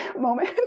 moment